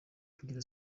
kugira